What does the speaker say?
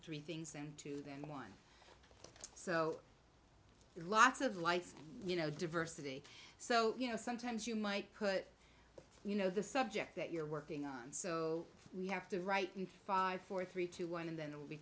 three things to them one so there's lots of lights you know diversity so you know sometimes you might put you know the subject that you're working on so we have to write in five four three two one and then it will be